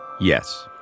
Yes